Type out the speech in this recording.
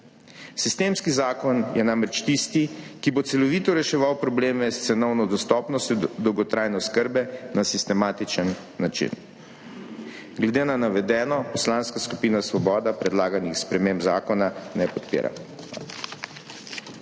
Sistemski zakon je namreč tisti, ki bo celovito reševal probleme s cenovno dostopnostjo dolgotrajne oskrbe na sistematičen način. Glede na navedeno Poslanska skupina Svoboda predlaganih sprememb zakona ne podpira.